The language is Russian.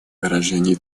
выражения